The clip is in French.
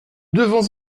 devons